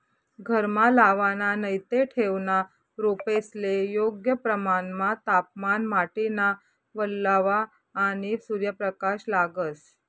घरमा लावाना नैते ठेवना रोपेस्ले योग्य प्रमाणमा तापमान, माटीना वल्लावा, आणि सूर्यप्रकाश लागस